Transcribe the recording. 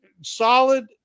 solid